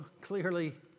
clearly